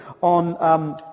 on